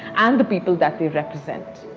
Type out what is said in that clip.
and the people that they represent.